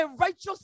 righteous